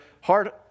hard